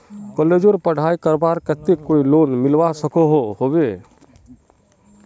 कॉलेजेर पढ़ाई करवार केते कोई लोन मिलवा सकोहो होबे?